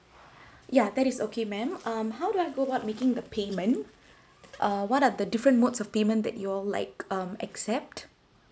yeah that is okay ma'am um how do I go about making the payment uh what are the different modes of payment that you'll like accept